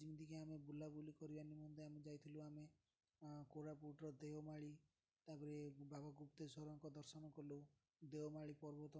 ଯେମିତିକି ଆମେ ବୁଲାବୁଲି କରିବା ନିମନ୍ତେ ଆମେ ଯାଇଥିଲୁ ଆମେ କୋରାପୁଟର ଦେଓମାଳି ତା'ପରେ ବାବା ଗୁପ୍ତେଶ୍ୱରଙ୍କ ଦର୍ଶନ କଲୁ ଦେଓମାଳି ପର୍ବତ ମାଳା